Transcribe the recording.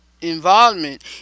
involvement